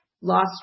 lost